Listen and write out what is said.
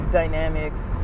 dynamics